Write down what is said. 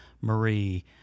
Marie